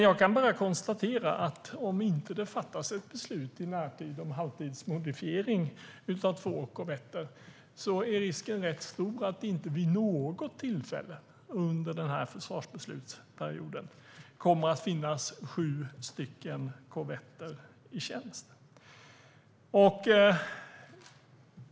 Jag kan bara konstatera att om det inte fattas ett beslut i närtid om halvtidsmodifiering av två korvetter är risken rätt stor att det inte vid något tillfälle under försvarsbeslutsperioden kommer att finnas sju korvetter i tjänst.